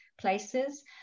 places